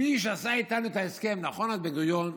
מי שעשה איתנו את ההסכם, נכון, בן-גוריון.